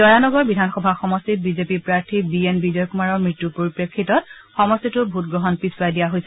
জয়ানগৰ বিধানসভা সমষ্টিত B J P প্ৰাৰ্থী বিএন বিজয় কুমাৰৰ মৃত্যৰ পৰিপ্ৰেক্ষিতত সমষ্টিটোৰ ভোটগ্ৰহণ পিচুৰাই দিয়া হৈছে